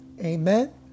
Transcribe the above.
Amen